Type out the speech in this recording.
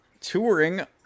touring